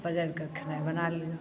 आओर पजारि कऽ खेनाइ बना लिअ